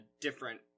different